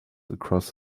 across